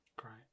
Great